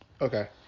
Okay